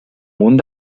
munt